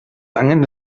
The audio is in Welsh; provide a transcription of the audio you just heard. angen